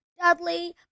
Dudley